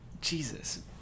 Jesus